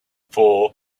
four